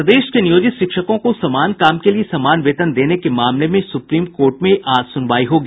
प्रदेश के नियोजित शिक्षकों को समान काम के लिए समान वेतन देने के मामले में सुप्रीम कोर्ट में आज सुनवाई होगी